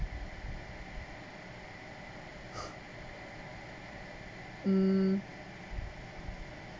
mm